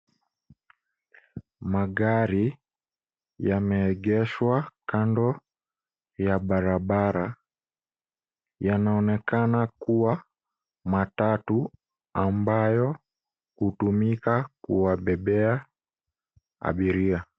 Magari yameegeshwa kando ya barabara. Yanaonekana kuwa matatu ambayo hutumika kuwabebea abiria.